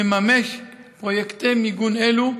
מממש פרויקטי מיגון אלה,